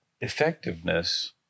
Effectiveness